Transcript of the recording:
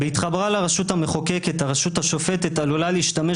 "בהתחברה לרשות המחוקקת הרשות השופטת עלולה להשתמש